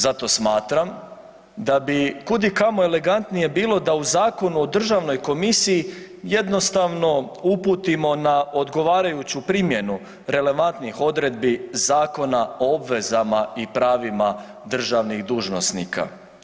Zato smatram da bi kud i kamo elegantnije bilo da u Zakonu o državnoj komisiji jednostavno uputimo na odgovarajuću primjenu relevantnih odredbi Zakona o obvezama i pravima državnih dužnosnika.